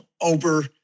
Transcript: over